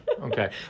Okay